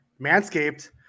Manscaped